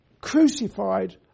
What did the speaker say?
crucified